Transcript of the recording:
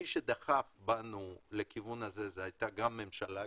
מי שדחק בנו לכיוון הזה הייתה הממשלה,